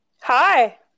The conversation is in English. Hi